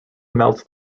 melts